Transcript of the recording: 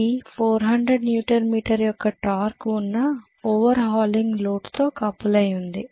ఇది 400 newton metre యొక్క టార్క్త ఉన్న ఓవర్ హాలింగ్ లోడ్తో కపుల్ అయి ఉండి